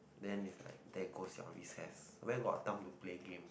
then is like there goes your recess where got time to play game